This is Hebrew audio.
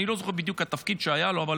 אני לא זוכר בדיוק את התפקיד שהיה לו, אבל